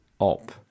up